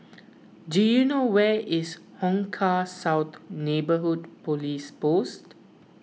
do you know where is Hong Kah South Neighbourhood Police Post